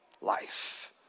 life